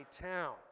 town